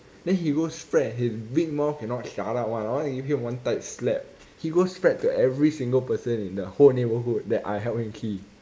then he go spread his big mouth cannot shut up [one] I want to give him one tight slap he go spread to every single person in the whole neighbourhood that I help him key